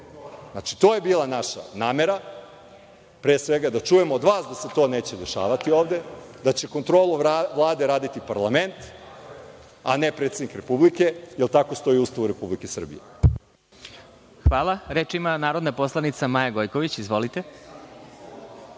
Znači, to je bila naša namera, pre svega da čujemo od vas da se to neće dešavati ovde, da će kontrolu Vlade raditi parlament, a ne predsednik Republike, jer tako stoji u Ustavu Republike Srbije. **Vladimir Marinković** Hvala. Reč ima narodna poslanica Maja Gojković. Izvolite.